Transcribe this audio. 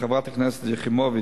חברת הכנסת יחימוביץ,